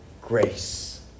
grace